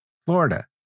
Florida